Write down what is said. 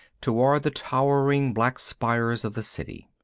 toward the towering black spires of the city.